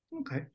okay